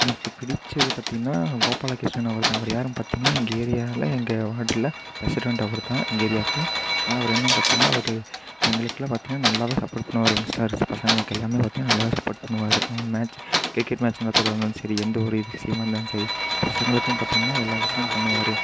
எனக்கு பிடித்தது பார்த்தீங்கன்னா கோபால கிருஷ்ணன் அவர் தான் அவர் யாருன்னு பார்த்தீங்கன்னா எங்கள் ஏரியாவில் எங்கள் வார்டில் பிரெசிடெண்ட்டு அவர் தான் எங்கள் ஏரியாக்கு ஆனால் அவர் என்னென்னு பார்த்தீங்கன்னா அவர் எங்களுக்கெலாம் பார்த்தீங்கன்னா நல்லாவே சப்போர்ட் பண்ணுவார் யங்ஸ்டார்ஸ் பசங்களுக்கு எல்லாமே பார்த்தீங்கன்னா நல்லாவே சப்போர்ட் பண்ணுவார் நம்ம மேட்ச்சி கிரிக்கெட் மேட்ச் நடத்தறதா இருந்தாலும் சரி எந்த ஒரு இது விஷயமா இருந்தாலும் சரி பசங்களுக்குன்னு பார்த்தீங்கன்னா எல்லா விஷயம் பண்ணுவார்